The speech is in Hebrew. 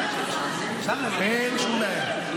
אין שום בעיה.